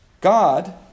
God